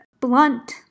blunt